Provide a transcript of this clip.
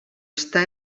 està